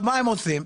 מה הם עושים?